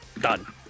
Done